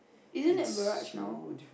isn't that Barrage now